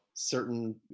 certain